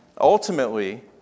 Ultimately